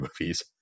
movies